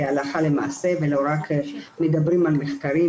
הלכה למעשה ולא רק מדברים על מחקרים,